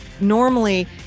normally